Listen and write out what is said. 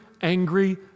angry